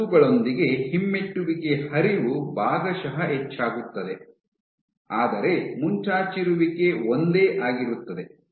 ಈ ತಂತುಗಳೊಂದಿಗೆ ಹಿಮ್ಮೆಟ್ಟುವಿಕೆಯ ಹರಿವು ಭಾಗಶಃ ಹೆಚ್ಚಾಗುತ್ತದೆ ಆದರೆ ಮುಂಚಾಚಿರುವಿಕೆ ಒಂದೇ ಆಗಿರುತ್ತದೆ